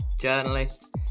journalist